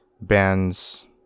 bands